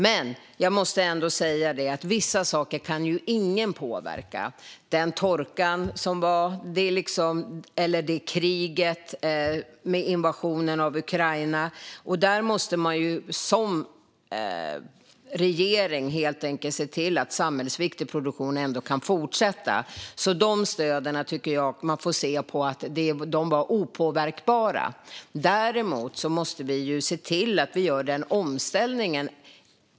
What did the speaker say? Men jag måste ändå säga detta: Vissa saker kan ingen påverka, som den torka som varit och invasionen och kriget i Ukraina. Där måste man som regering helt enkelt se till att samhällsviktig produktion ändå kan fortsätta. Man får se det som att de stöden var opåverkbara. Däremot måste vi se till att göra den här omställningen.